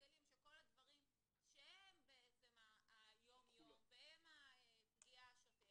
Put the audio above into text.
מגלים שכל הדברים שהם היום יום והם הפגיעה השוטפת,